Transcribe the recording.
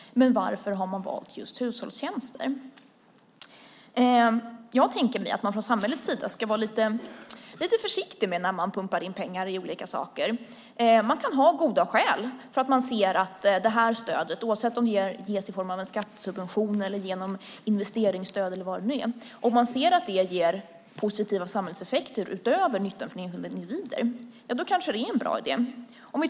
Men varför har man valt just hushållstjänster? Jag tänker mig att man från samhällets sida ska vara lite försiktig med att pumpa in pengar i olika saker. Man kan ha goda skäl för stödet, oavsett om det är en skattesubvention, ett investeringsstöd eller vad det nu är, om man ser att det ger positiva samhällseffekter utöver nyttan för enskilda individer. Då kanske det är en bra idé.